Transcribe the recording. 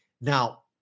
Now